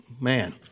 Man